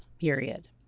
Period